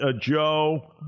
Joe